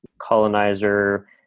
colonizer